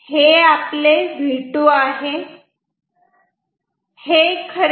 हे आपले V2 आहे